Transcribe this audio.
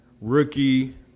Rookie